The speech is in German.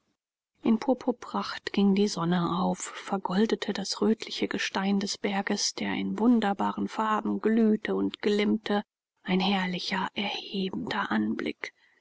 in purpurpracht ging die sonne auf vergoldete das rötliche gestein des berges der in wunderbaren farben glühte und glimmerte ein herrlicher erhebender anblick